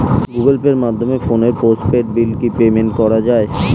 Google পের মাধ্যমে ফোনের পোষ্টপেইড বিল কি পেমেন্ট করা যায়?